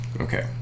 Okay